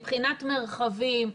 מבחינת מרחבים,